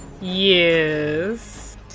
yes